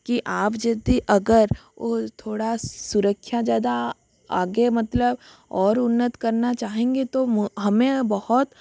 कि आप यदि अगर और थोड़ा सुरक्षा ज़यादा आगे मतलब और उन्नत करना चाहेंगे तो हमें बहुत